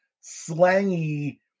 slangy